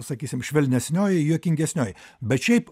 sakysim švelnesnioji juokingesnioji bet šiaip